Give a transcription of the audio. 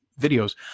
videos